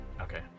Okay